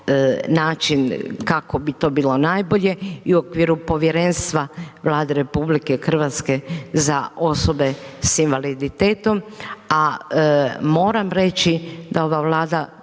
način kako bi to bilo najbolje i u okviru povjerenstva Vlade RH za osobe s invaliditetom, a moram reći da ova Vlada